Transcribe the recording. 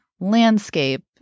landscape